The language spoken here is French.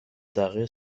d’arrêt